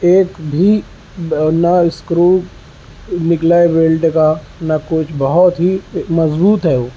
ایک بھی نہ اسکرو نکلا ہے بیلٹ کا نہ کچھ بہت ہی مضبوط ہے وہ